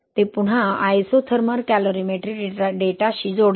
ते पुन्हा isothermal calorimetry डेटाशी जोडते